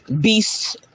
beasts